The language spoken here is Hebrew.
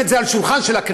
ולשים את זה על שולחן הכנסת.